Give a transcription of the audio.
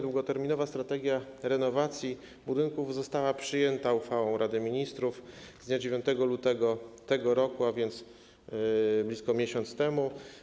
Długoterminowa Strategia Renowacji Budynków została przyjęta uchwałą Rady Ministrów z dnia 9 lutego tego roku, a więc blisko miesiąc temu.